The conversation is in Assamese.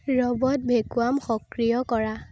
ৰব'ট ভেকুৱাম সক্ৰিয় কৰা